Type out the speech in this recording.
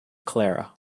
clara